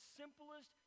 simplest